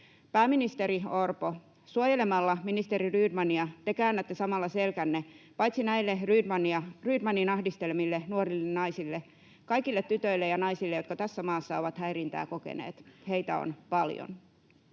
Pääministeri Orpo, suojelemalla ministeri Rydmania te käännätte samalla selkänne paitsi näille Rydmanin ahdistelemille nuorille naisille, kaikille tytöille ja naisille, jotka tässä maassa ovat häirintää kokeneet. Heitä on paljon.